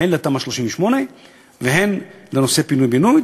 הן לתמ"א 38 והן לנושא פינוי-בינוי,